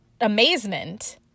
amazement